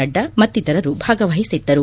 ನಡ್ಡಾ ಮತ್ತಿತರರು ಭಾಗವಹಿಸಿದ್ದರು